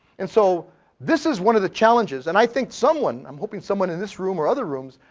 and so this is one of the challenges. and i think someone, i'm hoping someone in this room or other rooms.